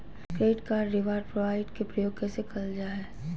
Credit card reward point के प्रयोग कैसे करल जा है?